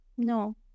No